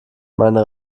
meine